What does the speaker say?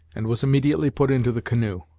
and was immediately put into the canoe.